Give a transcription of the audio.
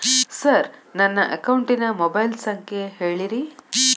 sir ನನ್ನ ಅಕೌಂಟಿನ mobile ಸಂಖ್ಯೆ ಹೇಳಿರಿ